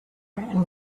and